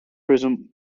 present